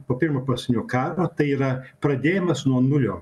po pirmo pasaulinio karo tai yra pradėjimas nuo nulio